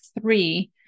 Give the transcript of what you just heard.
three